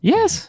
Yes